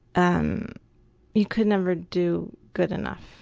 um you could never do good enough.